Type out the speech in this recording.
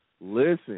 Listen